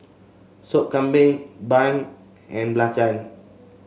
Sop Kambing bun and belacan